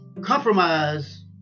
compromise